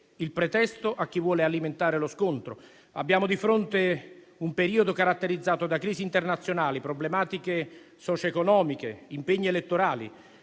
il pretesto a chi vuole alimentarlo. Abbiamo di fronte un periodo caratterizzato da crisi internazionali, problematiche socioeconomiche e impegni elettorali,